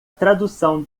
tradução